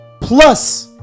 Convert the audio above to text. plus